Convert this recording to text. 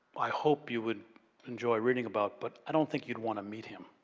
i hope you would enjoy reading about, but i don't think you'd wanna meet him.